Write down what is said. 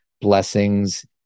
blessings